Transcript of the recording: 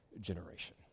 generation